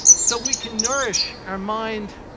so we can nourish our mind,